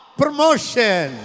promotion